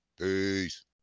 Peace